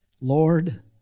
Lord